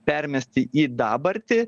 permesti į dabartį